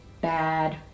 bad